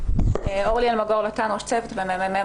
אורלי אלמגור לוטן, ראש צוות במ.מ.מ.